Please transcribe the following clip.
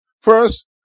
First